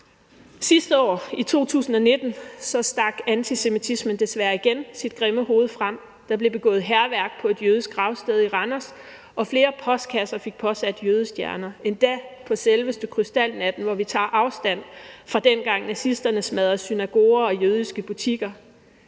Sidste år – i 2019 – stak antisemitismen desværre igen sit grimme hoved frem. Der blev begået hærværk på et jødisk gravsted i Randers, og flere postkasser fik påsat jødestjerner – endda på selveste krystalnatten, hvor vi tager afstand fra nazisternes handlinger, dengang de smadrede synagoger og jødiske butikker.